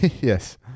Yes